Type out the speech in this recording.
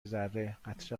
ذره٬قطره